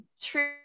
true